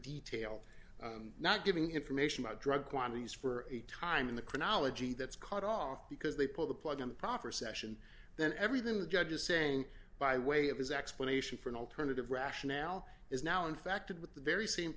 detail not giving information about drug quantities for a time in the chronology that's cut off because they pull the plug on the proper session then everything the judge is saying by way of his explanation for an alternative rationale is now infected with the very same